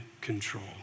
control